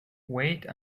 wait